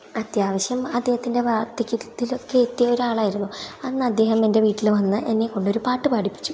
അത്യാവശ്യം അദ്ദേഹത്തിൻ്റെ വർദ്ധക്യത്തിലൊക്കെ എത്തിയൊരാളായിരുന്നു അന്ന് അദ്ദേഹം എൻ്റെ വീട്ടിൽ വന്ന് എന്നെക്കൊണ്ടൊരു പാട്ട് പാടിപ്പിച്ചു